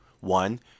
one